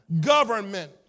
Government